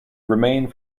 remained